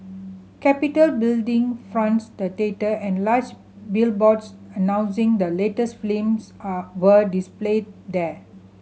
Capitol Building fronts the theatre and large billboards announcing the latest films are were displayed there